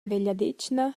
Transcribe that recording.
vegliadetgna